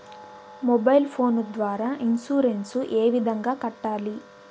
mobile phone ద్వారా insurance ఏ విధంగా కట్టాలి